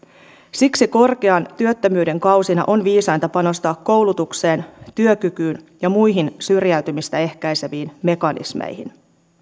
siksi korkean työttömyyden kausina on viisainta panostaa koulutukseen työkykyyn ja muihin syrjäytymistä ehkäiseviin mekanismeihin